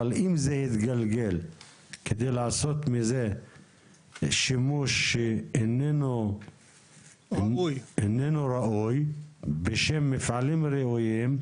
אבל אם זה יתגלגל כדי לעשות מזה שימוש שאיננו ראוי בשם מפעלים ראויים,